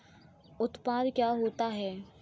उत्पाद क्या होता है?